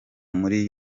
muri